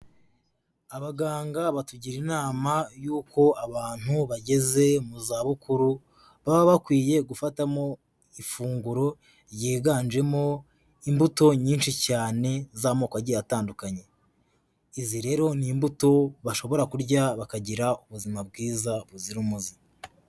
Abaganga batugira inama y'uko abantu bageze mu zabukuru, baba bakwiye gufatamo ifunguro ryiganjemo imbuto nyinshi cyane z'amoko agiye atandukanye, izi rero ni imbuto bashobora kurya bakagira ubuzima bwiza buzira umuze.